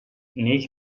nel